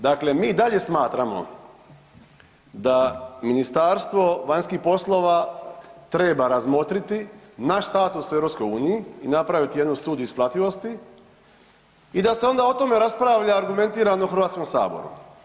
Dakle, mi i dalje smatramo da Ministarstvo vanjskih poslova treba razmotriti naš status u EU i napraviti jednu studiju isplativosti i da se onda o tome raspravlja argumentirano u Hrvatskom saboru.